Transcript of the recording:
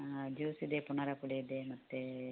ಹಾಂ ಜ್ಯೂಸಿದೆ ಪುನರಾ ಪುಳಿ ಇದೆ ಮತ್ತು